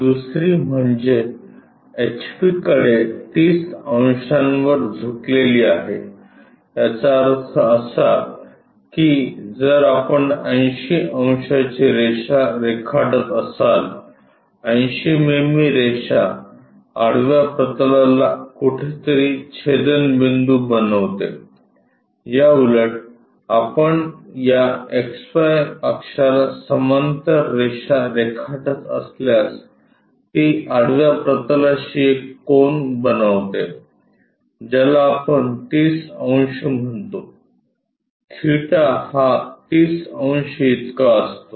दुसरी म्हणजे एचपीकडे 30 अंशांवर झुकलेली आहे याचा अर्थ असा की जर आपण 80 अंशाची रेषा रेखाटत असाल 80 मिमी रेषा आडव्या प्रतलाला कुठेतरी छेदनबिंदू बनविते याउलट आपण या XY अक्षाला समांतर रेषा रेखाटत असल्यास ती आडव्या प्रतलाशी एक कोन बनविते ज्याला आपण 30 अंश म्हणतो थीटा हा 30 अंश इतका असतो